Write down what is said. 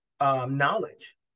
knowledge